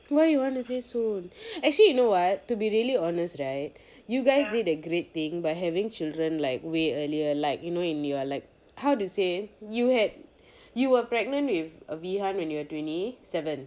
why you want to say soon actually you know what to be really honest right you guys did a great thing by having children like way earlier like you know in you are like how do you say you were pregenent with veehan when you were twenty seven